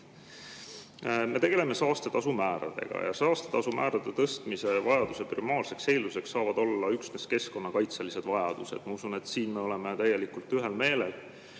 Me tegeleme saastetasu määradega. Saastetasu määrade tõstmise vajaduse primaarseks eelduseks saavad olla üksnes keskkonnakaitselised vajadused. Ma usun, et siin me oleme täielikult ühel meelel.